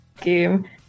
game